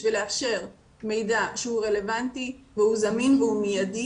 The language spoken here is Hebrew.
כדי לאפשר מידע שהוא רלוונטי והוא זמין והוא מיידי,